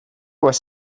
was